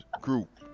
group